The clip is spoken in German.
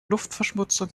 luftverschmutzung